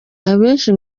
abenshi